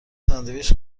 ساندویچ